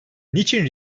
niçin